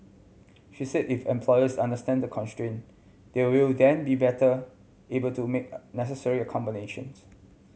she said if employers understand the constraint they will then be better able to make necessary accommodations